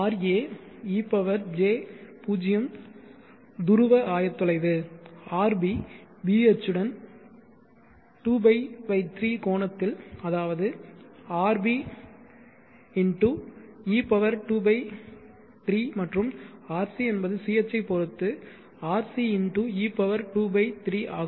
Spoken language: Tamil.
ra ej0 துருவ ஆயத்தொலைவு rb b அச்சுடன் 2π 3 கோணத்தில் அதாவது rb e2π 3 மற்றும் rc என்பது c அச்சை பொறுத்து rc e2π 3 ஆகும்